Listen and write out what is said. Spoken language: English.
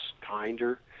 kinder